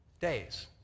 days